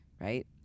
right